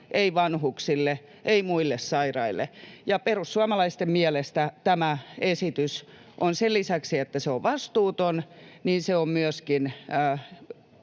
ei vanhuksille, ei muille sairaille. Perussuomalaisten mielestä tämä esitys, sen lisäksi, että se on vastuuton, ei myöskään